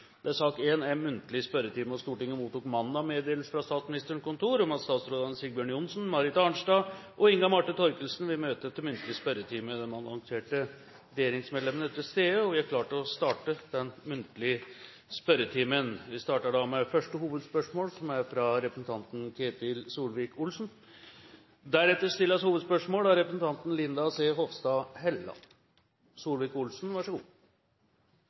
Stortinget mottok mandag meddelelse fra Statsministerens kontor om at statsrådene Sigbjørn Johnsen, Marit Arnstad og Inga Marte Thorkildsen vil møte til muntlig spørretime. De annonserte regjeringsmedlemmene er til stede, og vi er klare til å starte den muntlige spørretimen. Vi starter da med det første hovedspørsmål, fra representanten Ketil